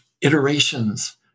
iterations